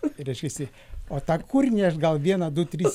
kitą kūrinį reiškiasi o tą kūrinį aš gal vieną du tris